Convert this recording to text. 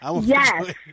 yes